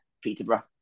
Peterborough